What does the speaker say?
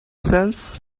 sense